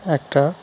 একটা